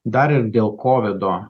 dar ir dėl kovido